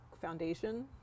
foundation